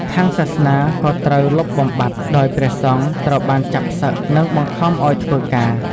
ខាងសាសនាក៏ត្រូវលុបបំបាត់ដោយព្រះសង្ឃត្រូវបានចាប់ផ្សឹក និងបង្ខំឱ្យធ្វើការ។